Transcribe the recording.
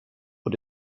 och